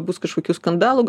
bus kažkokių skandalų